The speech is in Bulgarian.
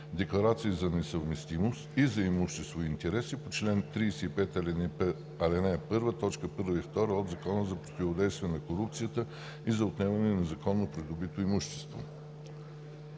„декларации за несъвместимост и за имущество и интереси по чл. 35, ал. 1, т. 1 и 2 от Закона за противодействие на корупцията и за отнемане на незаконно придобитото имущество“.